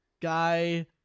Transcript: guy